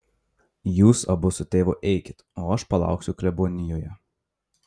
jūs abu su tėvu eikit o aš palauksiu klebonijoje